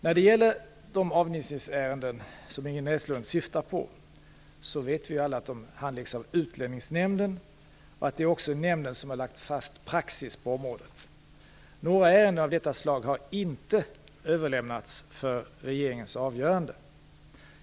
När det gäller de avvisningsärenden som Ingrid Näslund syftar på, vet vi alla att de handläggs av Utlänningsnämnden och att det är nämnden som har lagt fast praxis på området. Några ärenden av detta slag har inte överlämnats för regeringens avgörande.